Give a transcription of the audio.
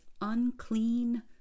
unclean